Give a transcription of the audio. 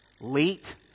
late